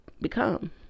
become